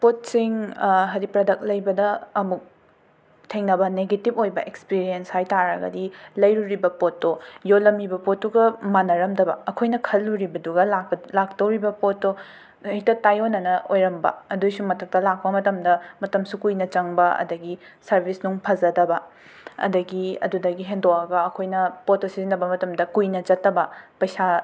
ꯄꯣꯠꯁꯤꯡ ꯍꯥꯏꯗꯤ ꯄ꯭ꯔꯗꯛ ꯂꯩꯕꯗ ꯑꯃꯨꯛ ꯊꯦꯡꯅꯕ ꯅꯦꯒꯦꯇꯤꯐ ꯑꯣꯏꯕ ꯑꯦꯛꯁꯄꯔꯤꯌꯦꯟꯁ ꯍꯥꯏ ꯇꯥꯔꯒꯗꯤ ꯂꯩꯔꯨꯔꯤꯕ ꯄꯣꯠꯇꯣ ꯌꯣꯜꯂꯝꯃꯤꯕ ꯄꯣꯠꯇꯨꯒ ꯃꯥꯟꯅꯔꯝꯗꯕ ꯑꯩꯈꯣꯏꯅ ꯈꯜꯂꯨꯔꯤꯕꯗꯨꯒ ꯂꯥꯛꯇꯧꯔꯤꯕ ꯄꯣꯠꯇꯣ ꯍꯦꯛꯇ ꯇꯥꯏꯌꯣꯟꯅꯅ ꯑꯣꯏꯔꯝꯕ ꯑꯗꯨꯒꯤꯁꯨ ꯃꯊꯛꯇ ꯂꯥꯛꯄ ꯃꯇꯝꯗ ꯃꯇꯝꯁꯨ ꯀꯨꯏꯅ ꯆꯪꯕ ꯑꯗꯒꯤ ꯁꯥꯔꯕꯤꯁꯅꯨꯡ ꯐꯖꯗꯕ ꯑꯗꯒꯤ ꯑꯗꯨꯗꯒꯤ ꯍꯦꯟꯗꯣꯛꯑꯒ ꯑꯩꯈꯣꯏꯅ ꯄꯣꯠꯇꯣ ꯁꯤꯖꯤꯟꯕ ꯃꯇꯝꯗ ꯨꯀꯨꯏꯅ ꯆꯠꯇꯕ ꯄꯩꯁꯥ